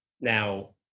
Now